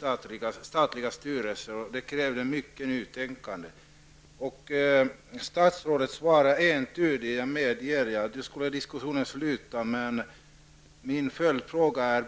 själv -- i statliga styrelser. Detta krävde mycket nytänkande. Jag medger att statsrådet svarat entydigt. Nu skulle diskussionen egentligen sluta.